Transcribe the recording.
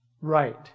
right